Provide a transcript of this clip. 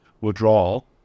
withdrawal